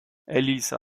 elisa